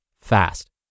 fast